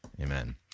Amen